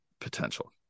potential